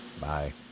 Bye